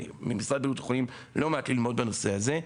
אפשר ללמוד מהם לא מעט בנושא הזה.